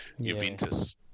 Juventus